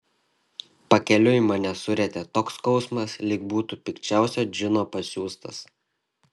pakeliui mane surietė toks skausmas lyg būtų pikčiausio džino pasiųstas